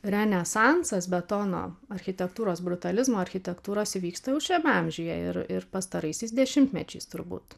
renesansas betono architektūros brutalizmo architektūros įvyksta jau šiame amžiuje ir ir pastaraisiais dešimtmečiais turbūt